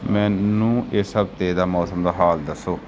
ਮੈਨੂੰ ਇਸ ਹਫ਼ਤੇ ਦਾ ਮੌਸਮ ਦਾ ਹਾਲ ਦੱਸੋ